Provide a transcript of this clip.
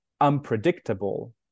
unpredictable